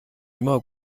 immer